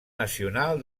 nacional